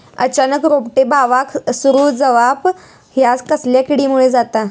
अचानक रोपटे बावाक सुरू जवाप हया कसल्या किडीमुळे जाता?